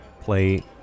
play